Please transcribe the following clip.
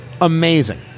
amazing